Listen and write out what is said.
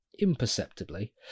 imperceptibly